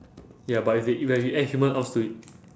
ya but if it like if you add human arms to it